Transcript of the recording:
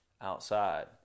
outside